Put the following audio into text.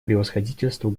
превосходительству